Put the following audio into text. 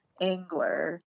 angler